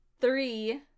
three